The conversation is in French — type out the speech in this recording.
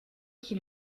qui